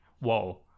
whoa